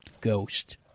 ghost